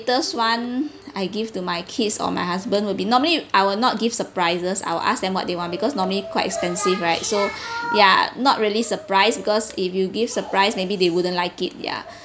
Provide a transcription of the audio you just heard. latest [one] I give to my kids or my husband will be normally I will not give surprises I will ask them what they want because normally quite expensive right so ya not really surprised because if you give surprise maybe they wouldn't like it ya